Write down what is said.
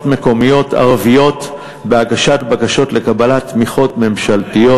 מקומיות ערביות בהגשת בקשות לקבלת תמיכות ממשלתיות.